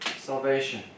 salvation